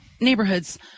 neighborhoods